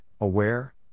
aware